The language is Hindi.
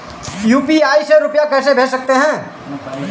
यू.पी.आई से रुपया कैसे भेज सकते हैं?